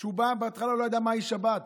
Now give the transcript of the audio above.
שהוא בא ובהתחלה לא ידע מהי שבת,